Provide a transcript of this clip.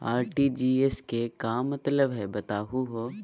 RTGS के का मतलब हई, बताहु हो?